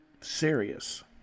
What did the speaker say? serious